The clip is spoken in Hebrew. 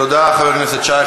תודה, חבר הכנסת שי.